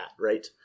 right